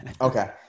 Okay